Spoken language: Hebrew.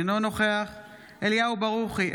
אינו נוכח אליהו ברוכי,